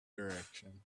direction